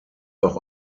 auch